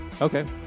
Okay